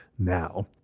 now